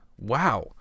wow